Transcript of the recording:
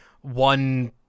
one